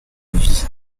vie